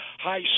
high